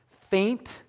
Faint